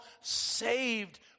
saved